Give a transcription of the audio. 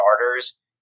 starters